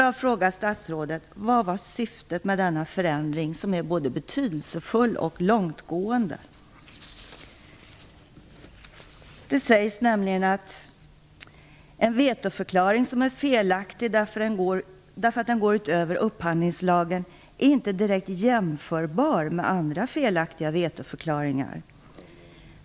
Jag frågar statsrådet: Vad var syftet med denna förändring, som är både betydelsefull och långtgående? Det sägs att en vetoförklaring som är felaktig därför att den går utöver upphandlingslagen inte är direkt jämförbar med andra felaktiga vetoförklaringar.